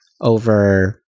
over